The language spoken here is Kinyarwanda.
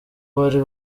bari